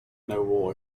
noble